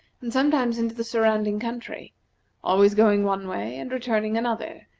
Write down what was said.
and sometimes into the surrounding country always going one way and returning another,